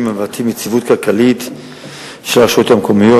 המבטאים יציבות כלכלית של הרשויות המקומיות.